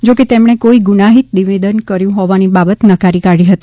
જો કે તેમણે કોઇ ગુનાહિત નિવેદન કર્યું હોવાની બાબત નકારી કાઢી હતી